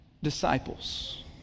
disciples